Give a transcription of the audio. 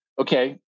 okay